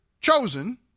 chosen